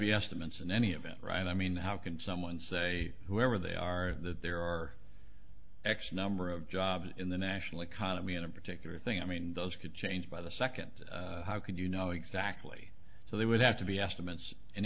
be estimates in any event right i mean how can someone say whoever they are that there are x number of jobs in the national economy in a particular thing i mean those could change by the second how could you know exactly so they would have to be estimates in